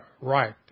right